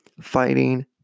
fighting